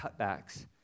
cutbacks